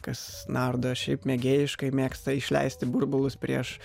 kas nardo šiaip mėgėjiškai mėgsta išleisti burbulus prieš